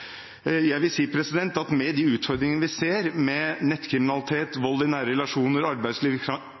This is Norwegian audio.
Jeg vil si at med de utfordringene vi ser med nettkriminalitet, vold i nære relasjoner,